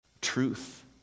Truth